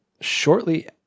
shortly